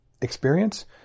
experience